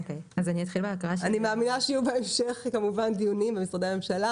אני מאמינה שיהיו בהמשך כמובן דיונים במשרדי הממשלה,